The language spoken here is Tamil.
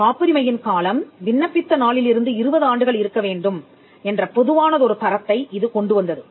காப்புரிமையின் காலம் விண்ணப்பித்த நாளிலிருந்து 20 ஆண்டுகள் இருக்க வேண்டும் என்ற பொதுவானதொரு தரத்தை இது கொண்டுவந்தது